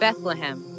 Bethlehem